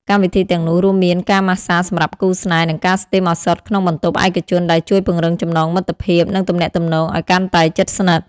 កម្មវិធីទាំងនោះរួមមានការម៉ាស្សាសម្រាប់គូស្នេហ៍ និងការស្ទីមឱសថក្នុងបន្ទប់ឯកជនដែលជួយពង្រឹងចំណងមិត្តភាព និងទំនាក់ទំនងឲ្យកាន់តែជិតស្និទ្ធ។